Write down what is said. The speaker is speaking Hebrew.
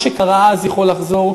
מה שקרה אז יכול לחזור,